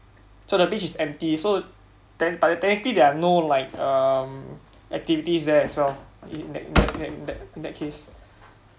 so the beach is empty so then but technically there are no like um activities there as well in that that that that case